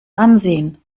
ansehen